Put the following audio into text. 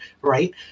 right